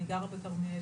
אני גרה בכרמיאל,